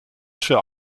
für